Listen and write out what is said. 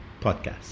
Podcast